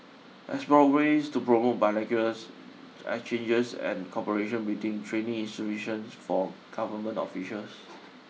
explore ways to promote bilaterals exchanges and cooperation between training institutions for government officials